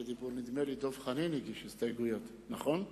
נדמה לי שדב חנין הגיש הסתייגויות, נכון?